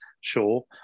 sure